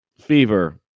fever